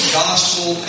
gospel